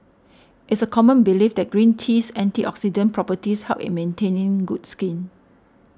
it's a common belief that green tea's antioxidant properties help in maintaining good skin